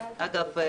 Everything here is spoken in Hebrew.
אגב,